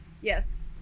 Yes